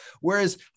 Whereas